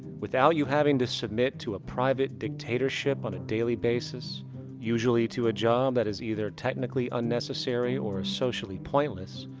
without you having to submit. to a private dictatorship on a daily basis usually to a job that is either technically unnecessary or socially pointless,